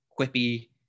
quippy